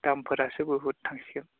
दामफोरासो बहुथ थांसिगोन